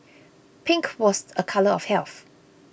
pink was a colour of health